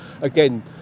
again